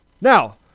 Now